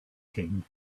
king